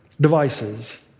devices